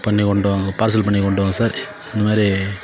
பண்ணி கொண்டுவாங்க பார்சல் பண்ணி கொண்டுவாங்க சார் இந்த மாதிரி